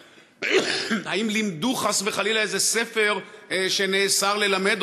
האם למדו חס וחלילה איזה ספר שנאסר ללמד,